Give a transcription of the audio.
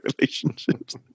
relationships